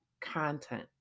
content